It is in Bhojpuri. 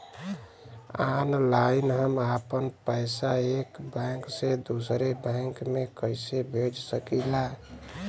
ऑनलाइन हम आपन पैसा एक बैंक से दूसरे बैंक में कईसे भेज सकीला?